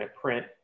print